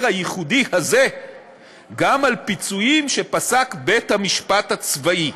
הייחודי הזה גם על פיצויים שפסק בית משפט צבאי,